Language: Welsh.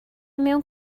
mewn